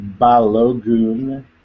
Balogun